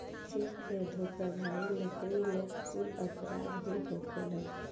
check के धोखाधड़ी, नकली नोट कुल अपराध ही होखेलेन